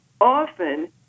often –